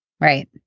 right